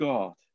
God